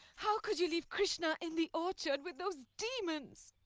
how could you leave krishna in the orchard with those demons?